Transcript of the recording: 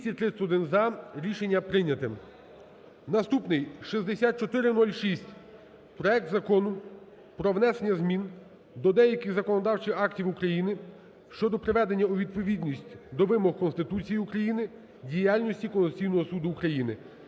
денний сесії, проект Закону про внесення змін до деяких законодавчих актів України щодо приведення у відповідність до вимог Конституції України діяльність Конституційного Суду України